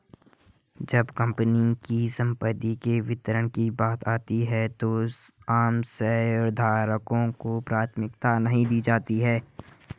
जब कंपनी की संपत्ति के वितरण की बात आती है तो आम शेयरधारकों को प्राथमिकता नहीं दी जाती है